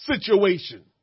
situation